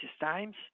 times